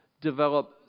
develop